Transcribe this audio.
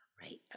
Right